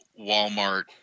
Walmart